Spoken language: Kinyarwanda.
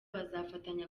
bazafatanya